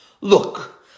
Look